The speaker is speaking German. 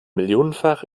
millionenfach